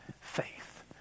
Faith